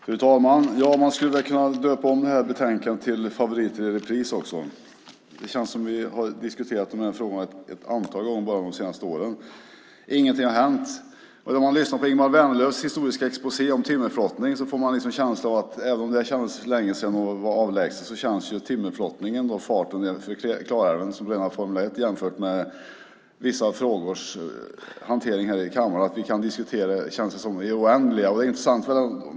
Fru talman! Man skulle väl kunna döpa om betänkandet till Favoriter i repris . Det känns som att vi har diskuterat den här frågan ett antal gånger bara de senaste åren. Ingenting har hänt. När man lyssnar på Ingemar Vänerlövs historiska exposé om timmerflottning får man även om det känns länge sedan och avlägset känslan att farten i timmerflottningen är som rena Formel 1 jämfört med vissa frågors hantering här i kammaren. Vi kan diskutera i det oändliga, känns det som.